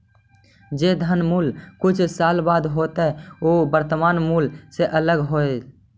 जे धन के मूल्य कुछ साल बाद होतइ उ वर्तमान मूल्य से अलग होतइ